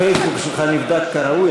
הפייסבוק שלך נבדק כראוי,